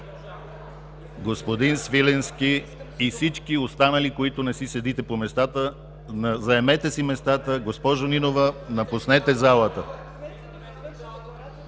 Господин Свиленски и всички останали, които не си седите по местата, заемете си местата! Госпожо Нинова, напуснете залата!